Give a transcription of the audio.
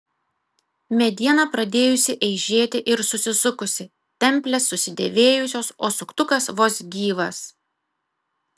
mediena pradėjusi eižėti ir susisukusi templės susidėvėjusios o suktukas vos gyvas